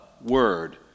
word